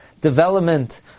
development